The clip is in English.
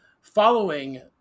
Following